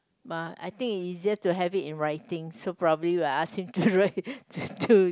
but I think it is easier to have it in writing so probably we'll ask him to write to